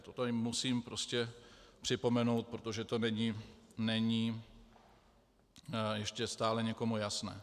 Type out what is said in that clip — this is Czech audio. To musím prostě připomenout, protože to není ještě stále někomu jasné.